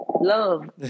Love